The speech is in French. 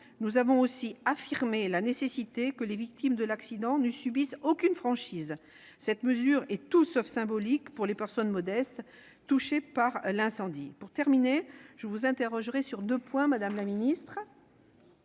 Nous avons aussi affirmé la nécessité que les victimes de l'accident ne subissent aucune franchise. Cette mesure est tout sauf symbolique pour les personnes modestes touchées par l'incendie. Je conclurai mon propos en vous interrogeant sur deux points, madame la ministre.